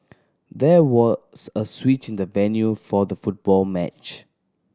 there was a switch in the venue for the football match